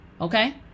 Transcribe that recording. okay